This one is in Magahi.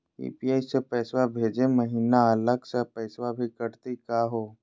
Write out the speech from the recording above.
यू.पी.आई स पैसवा भेजै महिना अलग स पैसवा भी कटतही का हो?